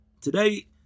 Today